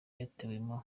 yatewemo